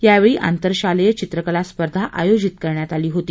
यावेळी आंतरशालेय चित्रकला स्पर्धा आयोजित करण्यात आली होती